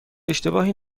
اشتباهی